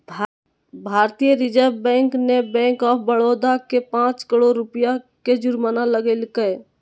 भारतीय reserve bank ने bank of Baroda पर पांच करोड़ रुपया के जुर्माना लगैलके